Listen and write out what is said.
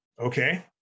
Okay